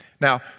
Now